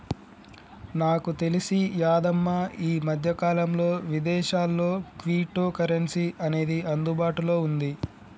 నాకు తెలిసి యాదమ్మ ఈ మధ్యకాలంలో విదేశాల్లో క్విటో కరెన్సీ అనేది అందుబాటులో ఉంది